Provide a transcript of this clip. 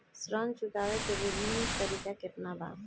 ऋण चुकावे के विभिन्न तरीका केतना बा?